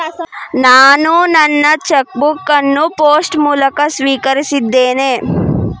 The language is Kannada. ನಾನು ನನ್ನ ಚೆಕ್ ಬುಕ್ ಅನ್ನು ಪೋಸ್ಟ್ ಮೂಲಕ ಸ್ವೀಕರಿಸಿದ್ದೇನೆ